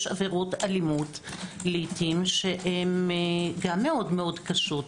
יש עבירות אלימות לעיתים שגם מאוד קשות.